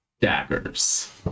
daggers